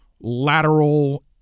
lateral